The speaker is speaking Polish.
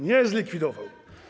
Nie zlikwidował.